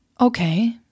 okay